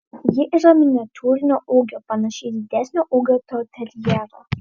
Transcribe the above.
ji yra miniatiūrinio ūgio panaši į didesnio ūgio toiterjerą